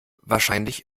wahrscheinlich